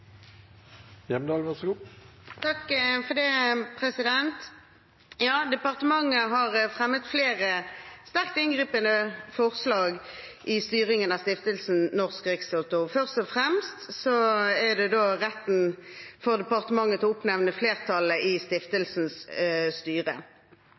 Ja, departementet har fremmet flere sterkt inngripende forslag til styringen av stiftelsen Norsk Rikstoto. Først og fremst er det retten for departementet til å oppnevne flertallet i